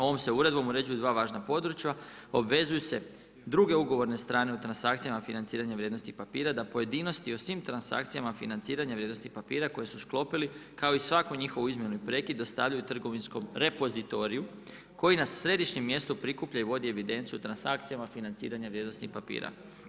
Ovom se uredbom uređuju dva važna područja, obvezuju se druge ugovorne strane u transakcijama financiranja vrijednosti papira da pojedinosti o svim transakcijama financiranja vrijednosnih papira koje su sklopili kao i svaku njihovu izmjenu i prekid dostavljaju trgovinskom repozitoriju koji na središnjem mjestu prikuplja i vodi evidenciju o transakcijama financiranja vrijednosnih papira.